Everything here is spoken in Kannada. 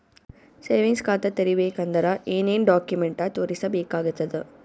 ಸೇವಿಂಗ್ಸ್ ಖಾತಾ ತೇರಿಬೇಕಂದರ ಏನ್ ಏನ್ಡಾ ಕೊಮೆಂಟ ತೋರಿಸ ಬೇಕಾತದ?